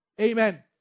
amen